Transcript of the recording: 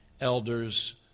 elders